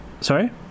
sorry